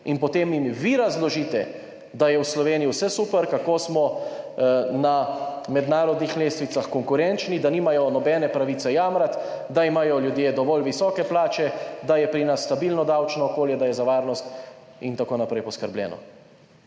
in potem jim vi razložite, da je v Sloveniji vse super, kako smo na mednarodnih lestvicah konkurenčni, da nimajo nobene pravice jamrati, da imajo ljudje dovolj visoke plače, da je pri nas stabilno davčno okolje, da je za varnost in tako naprej poskrbljeno.